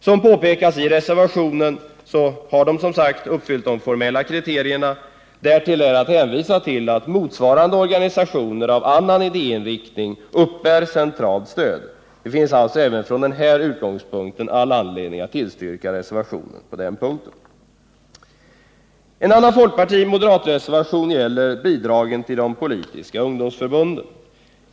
Som påpekas i reservationen har de, som sagt, uppfyllt de formella kriterierna. Dessutom är att märka att motsvarande organisationer med annan idéinriktning uppbär centralt stöd. Det finns alltså även från den här utgångspunkten all anledning att tillstyrka reservationen. En annan folkpartioch moderatreservation gäller bidragen till de politiska ungdomsförbunden.